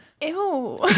Ew